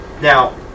Now